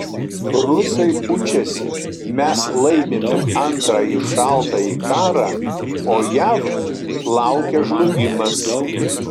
rusai pučiasi mes laimime antrąjį šaltąjį karą o jav laukia žlugimas